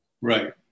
Right